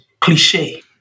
cliche